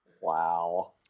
Wow